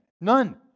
None